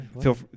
feel